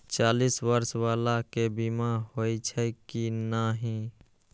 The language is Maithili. चालीस बर्ष बाला के बीमा होई छै कि नहिं?